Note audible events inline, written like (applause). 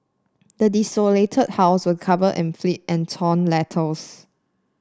the desolated house was covered in filth and torn (unintelligible)